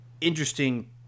interesting